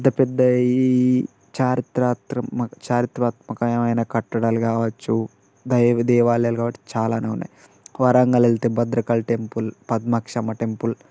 పెద్ద ఈ చారిత్రాత్రం చారిత్రాత్మకమైన కట్టడాలు కావచ్చు దైవ దేవాలయాలు కాబట్టి చాలానే ఉన్నాయి వరంగల్ వెళ్తే భద్రకాళి టెంపుల్ పద్మాక్షమ్మ టెంపుల్